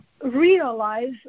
realize